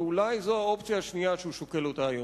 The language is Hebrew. ואולי זאת האופציה השנייה שהוא שוקל היום.